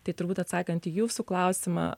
tai turbūt atsakant į jūsų klausimą